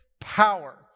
power